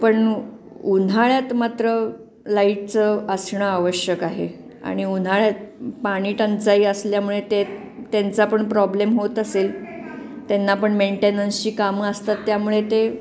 पण उन्हाळ्यात मात्र लाईटचं असणं आवश्यक आहे आणि उन्हाळ्यात पाणी टंचाई असल्यामुळे ते त्यांचा पण प्रॉब्लेम होत असेल त्यांना पण मेंटेनन्सची कामं असतात त्यामुळे ते